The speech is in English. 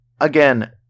Again